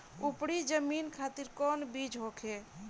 उपरी जमीन खातिर कौन बीज होखे?